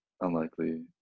Unlikely